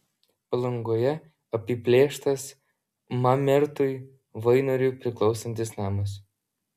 palangoje apiplėštas mamertui vainoriui priklausantis namas